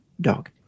dog